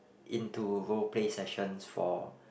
into role play sessions for